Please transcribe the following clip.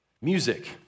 music